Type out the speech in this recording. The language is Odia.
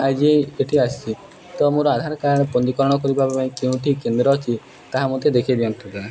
ଆଇଜି ଏଠି ଆସିଛି ତ ମୋର ଆଧାର କାର୍ଡ଼ ପଞୀକରଣ କରିବା ପାଇଁ କେଉଁଠି କେନ୍ଦ୍ର ଅଛି ତାହା ମୋତେ ଦେଖେଇଦିଅନ୍ତୁ